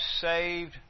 saved